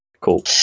Cool